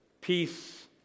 peace